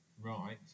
right